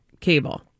cable